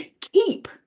keep